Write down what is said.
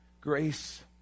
Grace